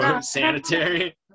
sanitary